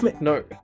no